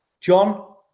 John